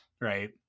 right